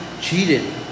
cheated